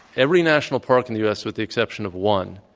every national park in the u. s, with the exception of one,